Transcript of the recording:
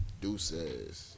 Deuces